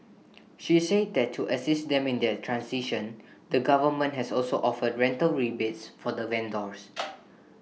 she said that to assist them in their transition the government has also offered rental rebates for the vendors